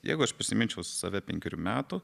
jeigu aš prisiminčiau save penkerių metų